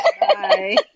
Bye